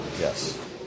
Yes